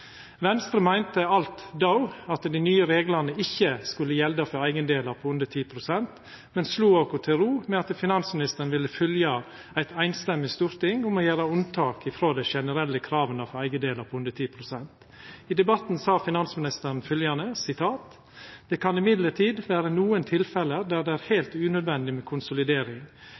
Venstre meinte alt då at dei nye reglane ikkje skulle gjelda for eigendelar på under 10 pst., men slå oss til ro med at finansministeren ville fylgja eit samrøystes storting og gjera unntak frå dei generelle krava for eigendelar på under 10 pst. I debatten sa finansministeren: «Det kan imidlertid være noen tilfeller der det er helt unødvendig med konsolidering.